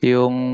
Yung